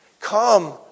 Come